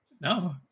no